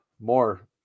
more